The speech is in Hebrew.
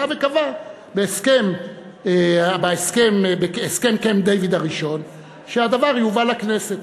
בא וקבע בהסכם קמפ-דייוויד הראשון שהדבר יובא לכנסת.